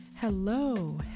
Hello